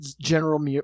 General